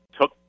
took